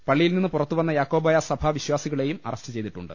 പളളിയിൽ നിന്ന് പുറത്തുവന്ന് യാക്കോബായ സഭ വിശ്വാ സികളെയും അറസ്റ്റു ചെയ്തിട്ടൂണ്ട്